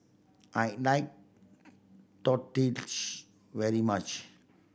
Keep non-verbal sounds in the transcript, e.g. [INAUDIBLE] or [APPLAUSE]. I like [UNINTELLIGIBLE] very much